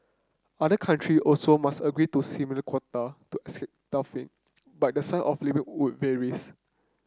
other country also must agree to similar quota to escape tariff but the size of limit would varies